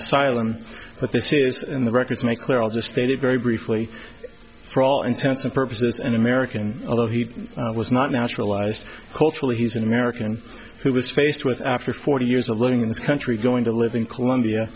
asylum but this is in the record to make clear all the stated very briefly for all intents and purposes an american although he was not naturalized culturally he's an american who was faced with after forty years of living in this country going to live in colombia